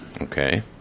Okay